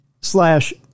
slash